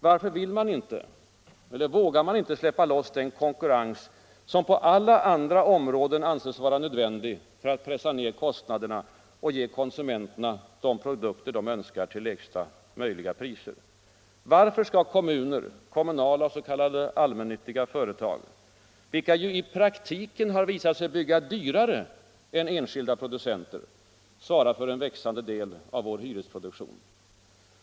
Varför vill man inte, eller vågar man inte, släppa loss den konkurrens som på alla andra områden anses vara nödvändig för att pressa ner kostnaderna och ge konsumenterna de produkter de önskar till lägsta möjliga priser? Varför skall kommuner, kommunala och s.k. allmännyttiga företag, vilka ju i praktiken visat sig bygga dyrare än enskilda producenter, svara för en växande del av vår hyreshusproduktion?